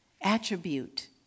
attribute